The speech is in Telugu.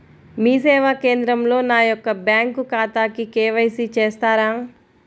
మీ సేవా కేంద్రంలో నా యొక్క బ్యాంకు ఖాతాకి కే.వై.సి చేస్తారా?